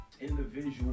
Individual